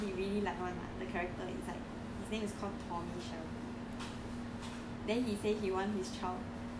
there's this ya there's this guy name right that he really like [one] lah the character inside his name is called tommy shelby